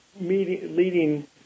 leading –